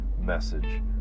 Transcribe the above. message